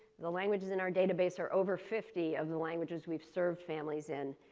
the languages in our database are over fifty of the languages we've served families in